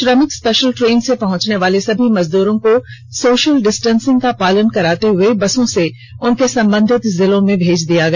श्रमिक special train से पहुंचने वाले सभी मजदूरों को सोशल डिस्टेसिंग का पालन करवाते हुए बसों से उनके संबंधित जिले में भेज दिया गया